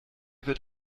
wird